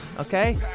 okay